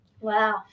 Wow